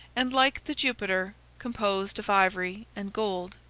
and, like the jupiter, composed of ivory and gold.